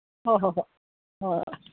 ꯍꯣꯏ ꯍꯣꯏ ꯍꯣꯏ ꯍꯣꯏ